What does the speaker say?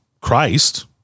Christ